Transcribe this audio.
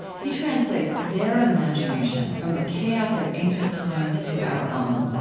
he translates their imagination from the chaos of ancient times to our own.